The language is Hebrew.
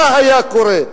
מה היה קורה?